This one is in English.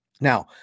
Now